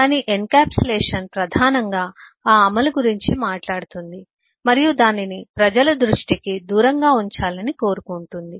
కానీ ఎన్క్యాప్సులేషన్ ప్రధానంగా ఆ అమలు గురించి మాట్లాడుతుంది మరియు దానిని ప్రజల దృష్టికి దూరంగా ఉంచాలని కోరుకుంటుంది